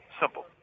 Simple